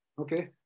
Okay